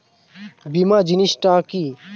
বীমা জিনিস টা কি?